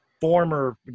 former